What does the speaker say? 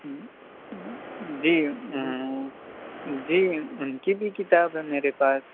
جی جی ان کی بھی کتاب ہے میرے پاس